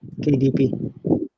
KDP